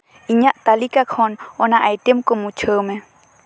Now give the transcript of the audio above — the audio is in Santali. ᱤᱧᱟᱹᱜ ᱛᱟᱹᱞᱤᱠᱟ ᱠᱷᱚᱱ ᱚᱱᱟ ᱟᱭᱴᱮᱢ ᱠᱚ ᱢᱩᱪᱷᱟᱹᱣ ᱢᱮ